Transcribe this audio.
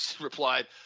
replied